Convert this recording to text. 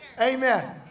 Amen